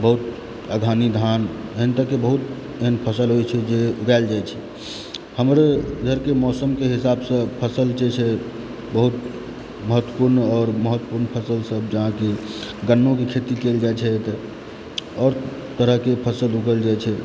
बहुत अगहनी धान एहन तरहकेँ बहुत एहन फसल होइत छै जे उगायल जाइत छै हमरहुँ इधरके मौसमके हिसाबसँ फसल छै से बहुत महत्वपूर्ण आओर महत्वपूर्ण फसल सब जाहिमे कि गन्नोके खेती कयल जाइत छै एतए आओर तरहकेँ फसल उगायल जाइत छै